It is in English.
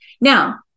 Now